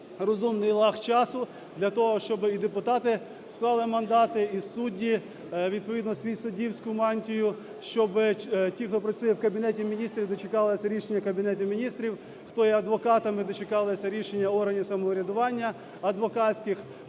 розумний лаг часу для того, щоби і депутати склали мандати, і судді відповідно свою суддівську мантію, щоби ті, хто працює в Кабінеті Міністрів, дочекалися рішення Кабінету Міністрів, хто є адвокатами, дочекалися рішення органів самоврядування адвокатських,